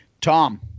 Tom